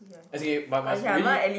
as in but must really